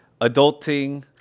adulting